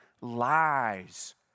lies